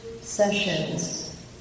sessions